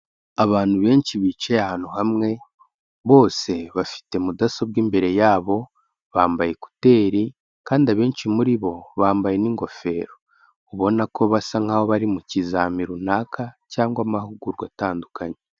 Abantu benshi bicaye ahantu hamwe bose bafite mudasobwa imbere yabo bambaye ekuteri kandi abenshi muri bo bambaye n'ingofero, ubona ko basa nkaho bari mu kizami runaka cyangwa amahugurwa atandukanye.